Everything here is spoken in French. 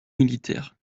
militaire